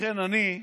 לכן אני,